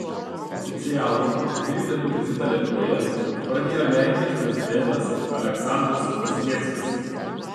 oficialų dviejų dienų vizitą lietuvoje pradėjo lenkijos prezidentas aleksandras kvasnievskis